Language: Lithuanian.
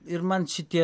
ir man šitie